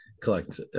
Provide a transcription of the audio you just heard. collect